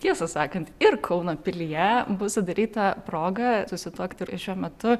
tiesą sakant ir kauno pilyje bus sudaryta proga susituokti ir šiuo metu